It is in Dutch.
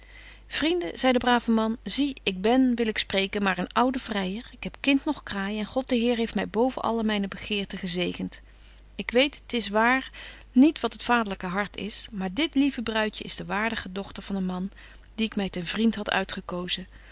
vrienden zei de brave man zie ik ben wil ik spreken maar een oude vryer ik heb kind noch kraai en god de heer heeft my boven alle myne begeerte gezegent ik weet t is waar niet wat het vaderlyke hart is maar dit lieve bruidje is de waardige dochter van een man dien ik my ten vriend hadt uitgekozen